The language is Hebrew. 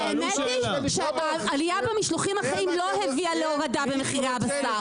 האמת היא שהעלייה במשלוחים החיים לא הביאה להורדה במחירי הבשר,